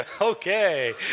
okay